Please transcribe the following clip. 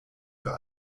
für